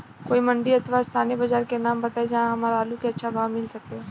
कोई मंडी अथवा स्थानीय बाजार के नाम बताई जहां हमर आलू के अच्छा भाव मिल सके?